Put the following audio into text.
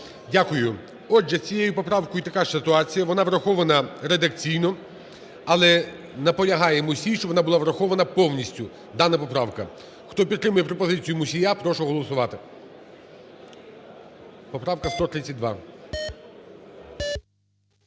Дякую. Отже, з цією поправкою така ситуація, вона врахована редакційно, але наполягаємо всі, щоб вона була врахована повністю, дана поправка. Хто підтримує пропозицію Мусія, прошу голосувати, поправка 132.